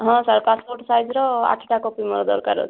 ହଁ sir passport ସାଇଜ୍ର ଆଠଟା କପି ମୋର ଦରକାର ଅଛି